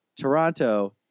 Toronto